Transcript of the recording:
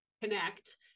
connect